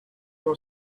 know